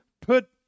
put